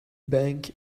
bank